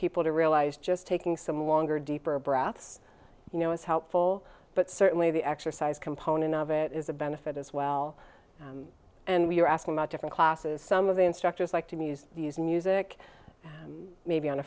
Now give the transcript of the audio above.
people to realize just taking some longer deeper breaths you know is helpful but certainly the exercise component of it is a benefit as well and we're asking about different classes some of the instructors like to meis these music maybe on a